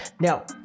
Now